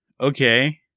Okay